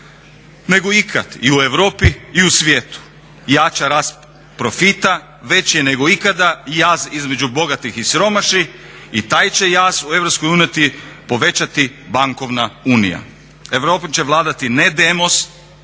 nego ikad i u Europi i u svijetu. Jača rast profita, veći je nego ikada jaz između bogatih i siromašnih i taj će jaz u EU povećati bankovna unija. Europom će vladati ne demos,